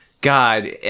God